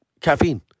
caffeine